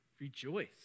rejoice